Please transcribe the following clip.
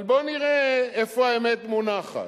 אבל, בוא ונראה איפה האמת מונחת.